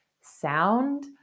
sound